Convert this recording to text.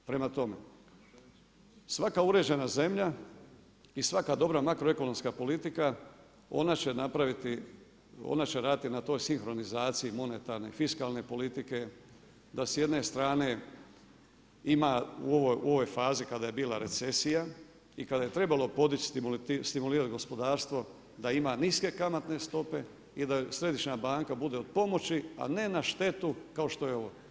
Prema tome, svaka uređena zemlja i svaka dobra makroekonomska politika ona će napraviti, ona će raditi na toj sinhronizaciji monetarne i fiskalne politike, da s jedne strane ima u ovoj fazi kada je bila recesija i kada je trebalo podići, stimulirat gospodarstvo da ima niske kamatne stope i da središnja banka bude od pomoći, a ne na štetu kao što je ova.